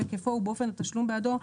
בהיקפו ובאופן התשלום בעדו,